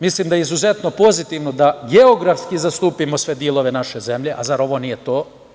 Mislim da je izuzetno pozitivno da geografski zastupimo sve delove naše zemlje, a zar ovo nije to.